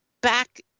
back